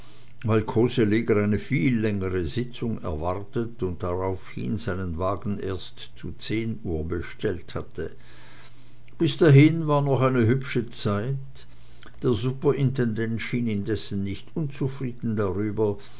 weil koseleger eine viel längere sitzung erwartet und daraufhin seinen wagen erst zu zehn uhr bestellt hatte bis dahin war noch eine hübsche zeit der superintendent indessen schien nicht unzufrieden darüber